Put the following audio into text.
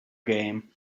game